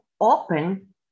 open